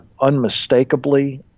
unmistakably